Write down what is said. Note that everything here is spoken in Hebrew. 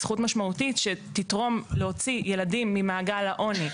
זכות משמעותית שתתרום להוציא ילדים ממעגל העוני.